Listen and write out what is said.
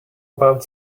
about